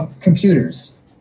computers